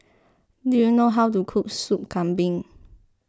do you know how to cook Soup Kambing